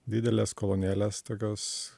didelės kolonėlės tokios